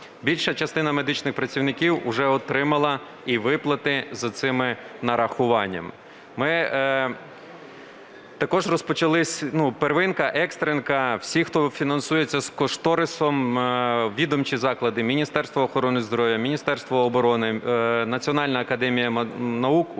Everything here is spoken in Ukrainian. Більша частина медичних працівників уже отримала і виплати за цими нарахуваннями. Також розпочались… Ну, первинка, екстренка, всі, хто фінансується з кошторису, відомчі заклади, Міністерство охорони здоров'я, Міністерство оборони, Національна академія наук